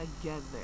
together